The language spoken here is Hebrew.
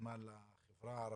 הוותמ"ל לחברה הערבית,